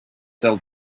sell